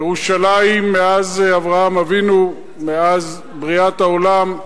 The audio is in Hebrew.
ירושלים, מאז אברהם אבינו, מאז בריאת העולם,